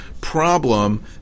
problem